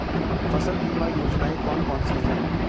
फसल बीमा योजनाएँ कौन कौनसी हैं?